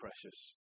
precious